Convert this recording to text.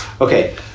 Okay